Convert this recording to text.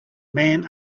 man